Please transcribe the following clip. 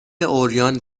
عریان